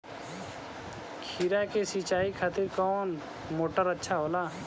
खीरा के सिचाई खातिर कौन मोटर अच्छा होला?